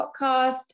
podcast